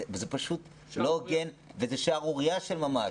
זה פשוט לא הוגן וזאת שערורייה של ממש.